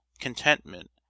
contentment